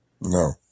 No